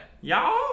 Y'all